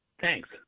thanks